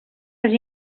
els